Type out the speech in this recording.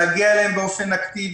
להגיע אליהם באופן אקטיבי,